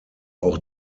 auch